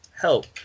help